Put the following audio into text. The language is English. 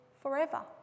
forever